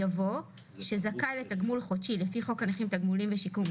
יבוא "שזכאי לתגמול חודשי לפי חוק הנכים (תגמולים ושיקום),